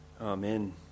Amen